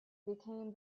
became